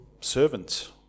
servants